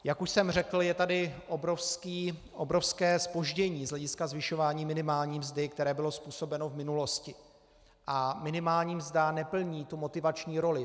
Jak už jsem řekl, je tady obrovské zpoždění z hlediska zvyšování minimální mzdy, které bylo způsobeno v minulosti, a minimální mzda neplní tu motivační roli.